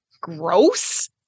gross